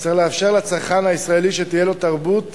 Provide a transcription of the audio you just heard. וצריך לאפשר לצרכן הישראלי שתהיה לו תרבות